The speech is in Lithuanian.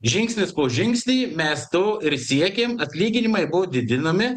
žingsnis po žingsnį mes to ir siekėm atlyginimai buvo didinami